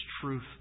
truth